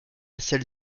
celle